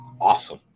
awesome